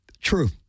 True